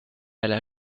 alla